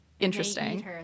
interesting